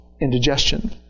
indigestion